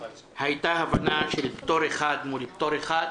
הייתה הבנה על פטור אחד מול פטור אחד.